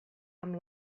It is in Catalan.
amb